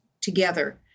together